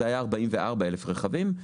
זה היה 44,000 רכבים,